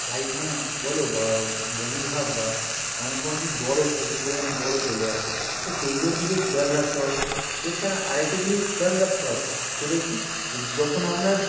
পায়খানা বল বা বমি ভাব বা এমন সময় কি জ্বরও প্রচুর পরিমাণে জ্বরও চলে আসে তো সেইগুলোর দিকে খেয়াল রাখতে হবে এছাড়া আরেকটা জিনিস খেয়াল রাখতে হবে সেটা কী যখন আমরা